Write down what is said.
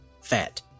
fat